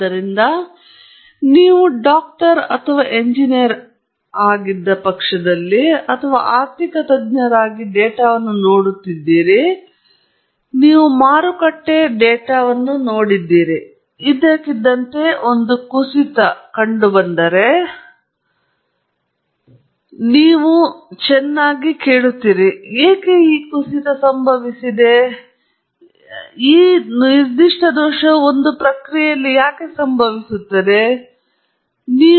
ಆದ್ದರಿಂದ ನೀವು ಡಾಕ್ಟರ್ ಅಥವಾ ಎಂಜಿನಿಯರ್ ಆಗಿ ಅಥವಾ ಆರ್ಥಿಕತಜ್ಞರಾಗಿ ಡೇಟಾವನ್ನು ನೋಡಿದ್ದೀರಿ ಮತ್ತು ನೀವು ಮಾರುಕಟ್ಟೆ ಡೇಟಾವನ್ನು ನೋಡಿದ್ದೀರಿ ಮತ್ತು ಇದ್ದಕ್ಕಿದ್ದಂತೆ ಒಂದು ಕುಸಿತ ಕಂಡುಬಂದಿದೆ ಮತ್ತು ನೀವು ಚೆನ್ನಾಗಿ ಕೇಳುತ್ತಿದ್ದಾರೆ ಏಕೆ ಈ ಕುಸಿತ ಸಂಭವಿಸಿದೆ ಅಥವಾ ಏಕೆ ಮಾಡಿದೆ ಒಂದು ನಿರ್ದಿಷ್ಟ ದೋಷವು ಒಂದು ಪ್ರಕ್ರಿಯೆಯಲ್ಲಿ ಸಂಭವಿಸುತ್ತದೆ ಮತ್ತು ಹೀಗೆ